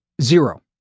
Zero